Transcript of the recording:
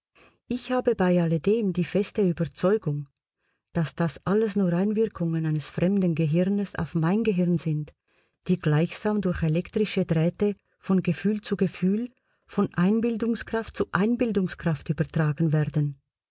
ich habe bei alledem die feste überzeugung daß das alles nur einwirkungen eines fremden gehirnes auf mein gehirn sind die gleichsam durch elektrische drähte von gefühl zu gefühl von einbildungskraft zu einbildungskraft übertragen werden